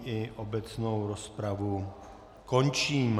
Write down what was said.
I obecnou rozpravu končím.